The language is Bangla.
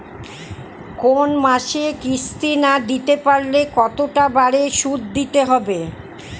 কোন মাসে কিস্তি না দিতে পারলে কতটা বাড়ে সুদ দিতে হবে?